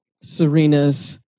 Serena's